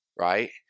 right